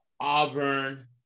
Auburn